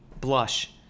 blush